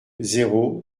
zéro